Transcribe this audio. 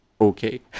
okay